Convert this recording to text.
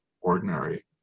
ordinary